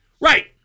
Right